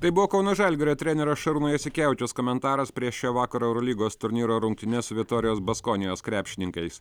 tai buvo kauno žalgirio trenerio šarūno jasikevičiaus komentaras prie šio vakaro eurolygos turnyro rungtynes su vitorijos baskonijos krepšininkais